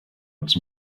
els